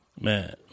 Man